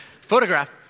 Photograph